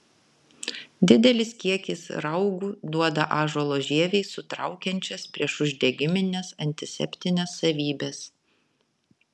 didelis kiekis raugų duoda ąžuolo žievei sutraukiančias priešuždegimines antiseptines savybes